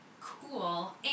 cool